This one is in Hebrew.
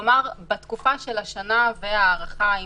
כלומר בתקופה של השנה וההארכה,